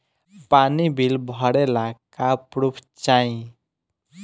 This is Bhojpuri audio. पानी बिल भरे ला का पुर्फ चाई?